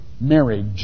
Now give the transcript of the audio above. marriage